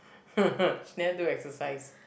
she never do exercise